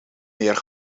meer